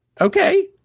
Okay